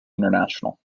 international